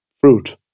fruit